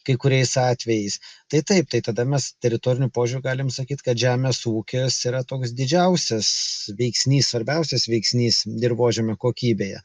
kai kuriais atvejais tai taip tai tada mes teritoriniu požiūriu galim sakyti kad žemės ūkis yra toks didžiausias veiksnys svarbiausias veiksnys dirvožemio kokybėje